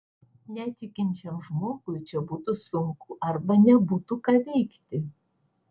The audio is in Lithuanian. netikinčiam žmogui čia būtų sunku arba nebūtų ką veikti